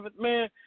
man